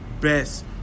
best